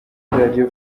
radio